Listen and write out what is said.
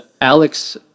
alex